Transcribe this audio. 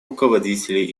руководителей